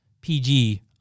PG